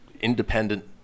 independent